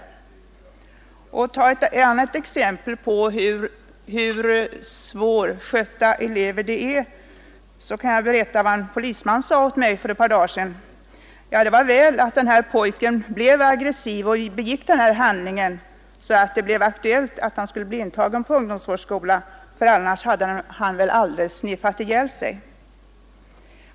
För att ta ett annat exempel på hur svårskötta elever det är kan jag berätta vad en polisman sade till mig för ett par dagar sedan: Ja, det var väl att den här pojken blev aggressiv och begick den här handlingen så att det blev aktuellt att han skulle bli intagen på ungdomsvårdsskola, för annars hade han väl alldeles sniffat ihjäl sig.